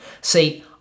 See